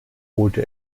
holte